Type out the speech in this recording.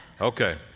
Okay